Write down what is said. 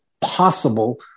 possible